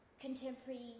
contemporary